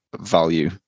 value